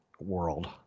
world